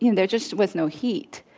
you know there just was no heat.